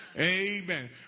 Amen